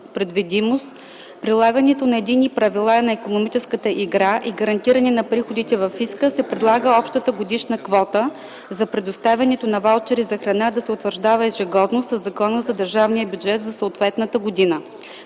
предвидимост, прилагането на единни правила на икономическата игра и гарантиране на приходите във фиска се предлага общата годишна квота за предоставянето на ваучери за храна да се утвърждава ежегодно със Закона за държавния бюджет за съответната година.